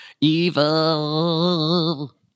evil